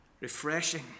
refreshing